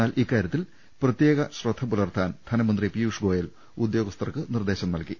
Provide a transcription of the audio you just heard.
എന്നാൽ ഇക്കാര്യത്തിൽ പ്രത്യേക ശ്രദ്ധ പുലർത്താൻ ധനമന്ത്രി പിയൂഷ്ഗോയൽ ഉദ്യോഗസ്ഥർക്ക് നിർദേശം നൽകി